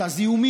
המצפן